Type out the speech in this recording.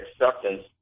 acceptance